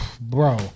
bro